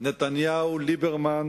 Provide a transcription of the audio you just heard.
נתניהו-ליברמן